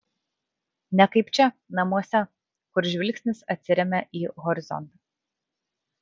ne kaip čia namuose kur žvilgsnis atsiremia į horizontą